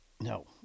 No